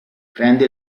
prende